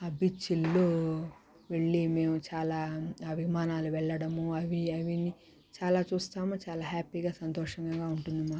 బీచ్లో వెళ్లి మేము చాలా విమానాలు వెళ్ళడము అవి అవి మి చాలా చూస్తాము చాలా హ్యాపీగా సంతోషంగా ఉంటుంది మాకు